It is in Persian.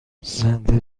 زنده